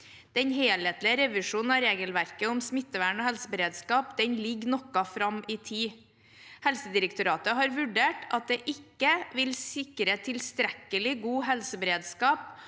Den helhetlige revisjonen av regelverket om smittevern og helseberedskap ligger noe fram i tid. Helsedirektoratet har vurdert at det ikke vil sikre tilstrekkelig god helseberedskap